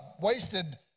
wasted